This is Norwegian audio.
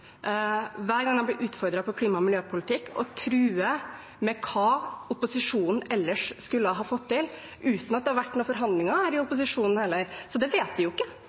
hver gang de blir utfordret på klima- og miljøpolitikk, å true med hva opposisjonen ellers skulle ha fått til – uten at det har vært noen forhandlinger i opposisjonen heller. Så det vet vi jo ikke.